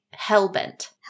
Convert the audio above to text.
Hellbent